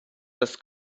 das